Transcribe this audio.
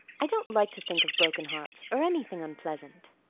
i don't like to think of broken hearts or anything unpleasant.